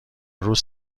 روز